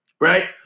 right